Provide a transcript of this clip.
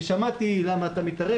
אני שמעתי, "למה אתה מתערב".